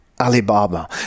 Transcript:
Alibaba